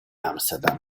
amsterdam